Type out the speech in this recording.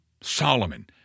Solomon